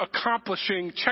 accomplishing